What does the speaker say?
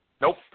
Nope